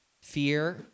fear